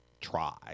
try